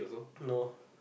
no